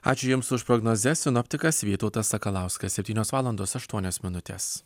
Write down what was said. ačiū jums už prognozes sinoptikas vytautas sakalauskas septynios valandos aštuonios minutės